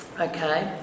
okay